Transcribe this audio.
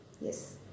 Yes